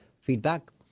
feedback